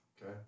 Okay